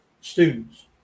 students